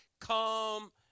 come